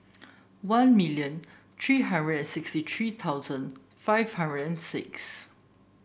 one million three hundred and sixty three thousand five hundred and six